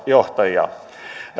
johtajia